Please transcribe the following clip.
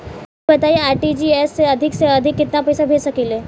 ई बताईं आर.टी.जी.एस से अधिक से अधिक केतना पइसा भेज सकिले?